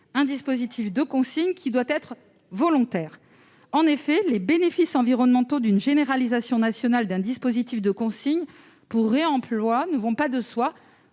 un dispositif de consigne qui doit être volontaire. En effet, les bénéfices environnementaux d'une généralisation nationale d'un dispositif de consigne pour réemploi ne vont pas de soi.